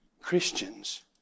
Christians